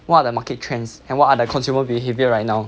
what are the market trends and what are the consumer behaviour right now